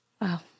wow